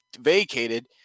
vacated